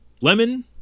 Lemon